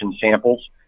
samples